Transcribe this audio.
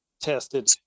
tested